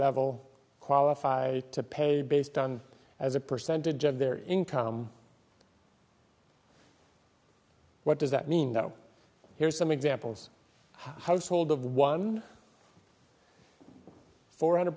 level qualify to pay based on as a percentage of their income what does that mean though here's some examples household of one four hundred